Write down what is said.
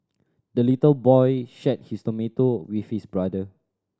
the little boy shared his tomato with his brother